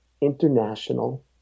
international